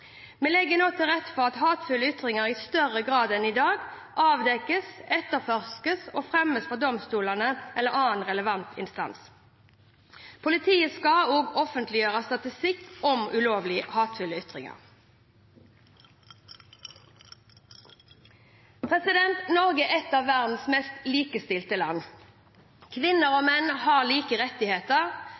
Vi legger nå til rette for at hatefulle ytringer i større grad enn i dag avdekkes, etterforskes og fremmes for domstolene eller annen relevant instans. Politiet skal også offentligjøre statistikk om ulovlige hatefulle ytringer. Norge er ett av verdens mest likestilte land. Kvinner og menn har like rettigheter,